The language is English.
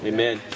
Amen